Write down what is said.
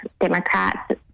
Democrats